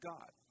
God